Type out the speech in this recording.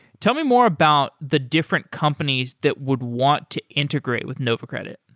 tell me more about the different companies that would want to integrate with nova credit.